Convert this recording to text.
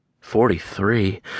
Forty-three